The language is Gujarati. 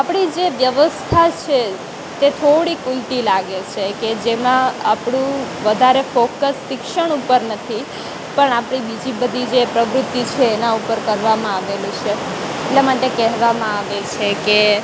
આપણી જે વ્યવસ્થા છે તે થોડીક ઊલટી લાગે છે કે જેમાં આપણું વધારે ફોકસ શિક્ષણ ઉપર નથી પણ આપણી બીજી બધી જે પ્રવૃત્તિ છે એનાં ઉપર કરવામાં આવેલું છે એટલા માટે કહેવામાં આવે છે કે